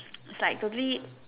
it's like totally